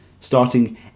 starting